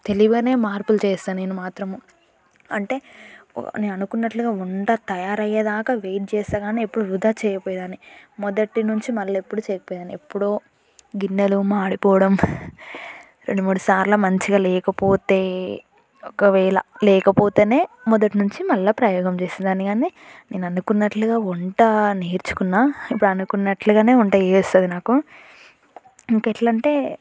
తెలివిగానే మార్పులు చేస్తా నేను మాత్రము అంటే నేను అనుకున్నట్లుగా వంట తయారయ్యేదాకా వెయిట్ చేస్తాను కాని ఎప్పుడు వృధా చేయకపోయేదాన్ని మొదటి నుంచి మళ్ళీ ఎప్పుడు చెప్పాను ఎప్పుడో గిన్నెలు మాడిపోవడం రెండు మూడు సార్లు మంచిగా లేకపోతే ఒకవేళ లేకపోతేనే మొదటి నుంచి మళ్ళీ ప్రయోగం చేసేదాన్ని కానీ నేను అనుకున్నట్లుగా వంట నేర్చుకున్నాను ఇప్పుడు అనుకున్నట్లుగానే వంట చేయొస్తాది నాకు ఇంకెట్లంటే